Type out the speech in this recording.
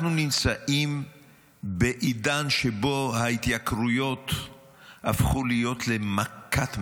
אנחנו נמצאים בעידן שבו ההתייקרויות הפכו להיות מכת מדינה,